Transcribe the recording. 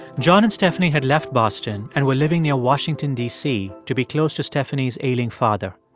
john and stephanie had left boston and were living near washington, d c, to be close to stephanie's ailing father.